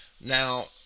Now